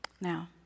Now